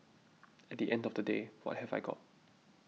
at the end of the day what have I got